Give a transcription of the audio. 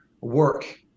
work